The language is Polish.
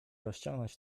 rozciągnąć